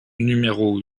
numéro